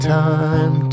time